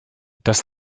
das